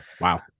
wow